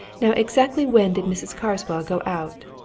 now, exactly when did mrs. carswell go out?